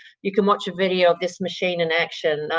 you can watch a video of this machine in action.